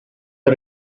the